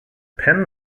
penn